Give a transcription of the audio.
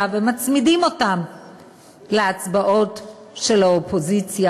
ומצמידים אותן להצבעות של האופוזיציה,